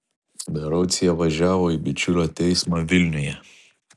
berods jie važiavo į bičiulio teismą vilniuje